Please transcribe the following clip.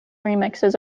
remixes